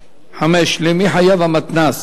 5. למי חייב המתנ"ס